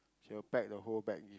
she will pack the whole bag